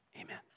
Amen